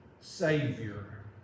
savior